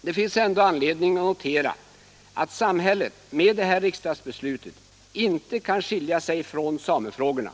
Det finns dock anledning att notera att samhället med detta riksdagsbeslut inte kan skilja sig från samefrågorna.